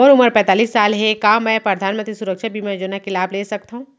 मोर उमर पैंतालीस साल हे का मैं परधानमंतरी सुरक्षा बीमा योजना के लाभ ले सकथव?